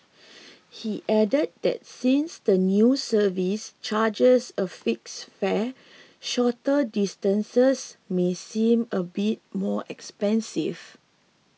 he added that since the new service charges a fixed fare shorter distances may seem a bit more expensive